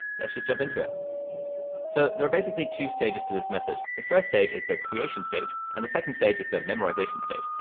let's just jump into it so there are basically two stages to this method. the first stage is the creation stage and the second stage is the memorization stage.